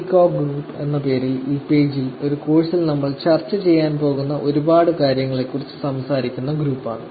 precog group എന്ന ഈ പേജിൽ ഈ കോഴ്സിൽ നമ്മൾ ചർച്ച ചെയ്യാൻ പോകുന്ന ഒരുപാട് കാര്യങ്ങളെക്കുറിച്ച് സംസാരിക്കുന്നഗ്രൂപ്പാണ്